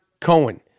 Cohen